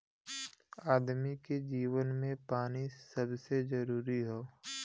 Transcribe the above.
आदमी के जीवन मे पानी सबसे जरूरी हौ